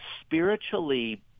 spiritually